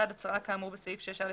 הצהרה כאמור בסעיף 6א1(ג)